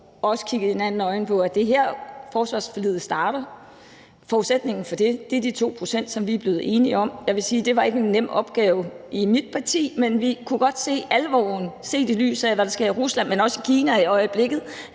også kiggede hinanden i øjnene, i forhold til at det var dér, forsvarsforliget startede. Forudsætningen for det er de 2 pct, som vi er blevet enige om. Jeg vil sige, at det ikke var en nem opgave i mit parti, men vi kunne godt se alvoren, set i lyset af hvad der sker i Rusland, men også i Kina i øjeblikket,